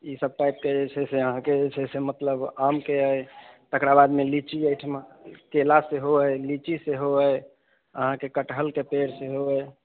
ई सब टाइपके जे छै से अहाँकेँ जे छै से मतलब आमके अइ तकरा बादमे लीची एहिठिमा केला सेहो अइ लीची सेहो अइ अहाँकेँ कटहलके पेड़ो सेहो अइ